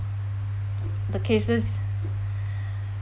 the cases